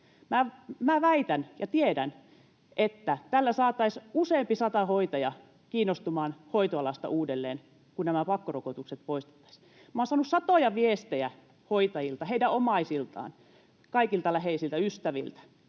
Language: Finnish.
Väitän ja tiedän, että tällä saataisiin useampi sata hoitajaa kiinnostumaan hoitoalasta uudelleen, kun nämä pakkorokotukset poistettaisiin. Olen saanut satoja viestejä hoitajilta, heidän omaisiltaan, kaikilta läheisiltä, ystäviltä,